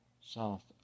South